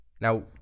now